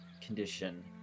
condition